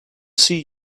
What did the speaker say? see